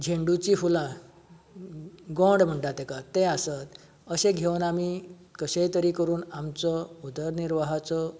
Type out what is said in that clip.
झेंडूची फुलां गोंड म्हणटात ताका तें आसत अशें घेवून आमी कशेंय तरी करून आमचो उदहनिर्वाहाचो